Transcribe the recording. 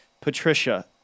Patricia